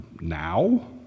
now